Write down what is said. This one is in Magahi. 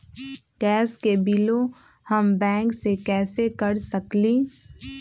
गैस के बिलों हम बैंक से कैसे कर सकली?